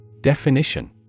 Definition